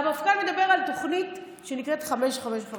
המפכ"ל מדבר על תוכנית שנקראת 555,